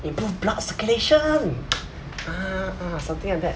improve blood circulation ah something like that